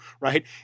right